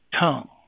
tongue